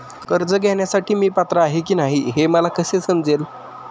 कर्ज घेण्यासाठी मी पात्र आहे की नाही हे मला कसे समजेल?